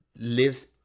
lives